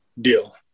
Deal